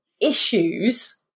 issues